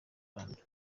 rwanda